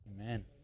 Amen